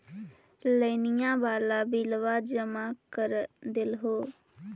लोनिया वाला बिलवा जामा कर देलहो?